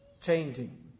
changing